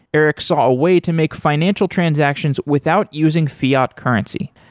erik saw a way to make financial transactions without using fiat currency.